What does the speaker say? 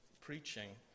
preaching